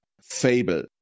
fable